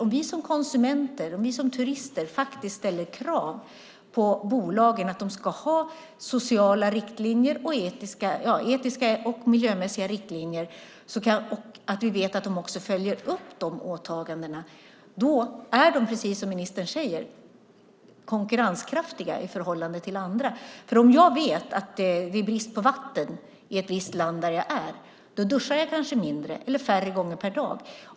Om vi som konsumenter och turister faktiskt ställer krav på bolagen att de ska ha sociala, etiska och miljömässiga riktlinjer och vi vet att de också följer upp de åtagandena är de, precis som ministern säger, konkurrenskraftiga i förhållande till andra. Om jag vet att det är brist på vatten i ett visst land där jag är duschar jag kanske mindre eller färre gånger per dag.